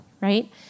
right